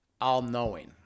all-knowing